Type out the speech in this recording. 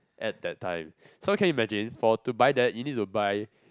at that time so can you imagine for to buy that you need to buy